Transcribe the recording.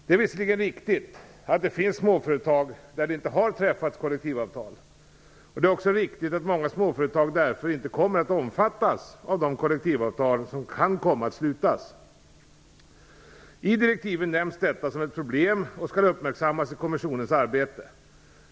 Det är visserligen riktigt att det finns småföretag där det inte har träffats kollektivavtal. Det är också riktigt att många småföretag därför inte kommer att omfattas av de kollektivavtal som kan komma att slutas. I direktiven nämns detta som ett problem och skall uppmärksammas i kommissionens arbete.